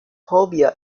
phobia